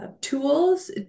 tools